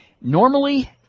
normally